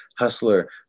Hustler